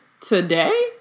today